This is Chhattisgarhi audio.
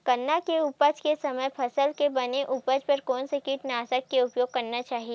गन्ना के उपज के समय फसल के बने उपज बर कोन से कीटनाशक के उपयोग करना चाहि?